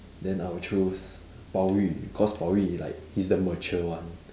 then I would choose bao-yu cause bao-yu he like he's the mature one